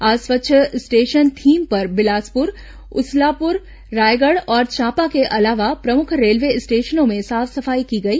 आज स्वच्छ station theme पर बिलासपुर उसलापुर रायगढ़ और चांपा के अलावा प्रमुख रेलवे स्टेशनों में साफ सफाई की गई